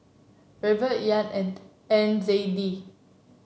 Ruble Yuan and N Z D